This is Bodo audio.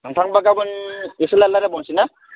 नोंथां होनबा गाबोन इसे रायज्लायबावनोसै ना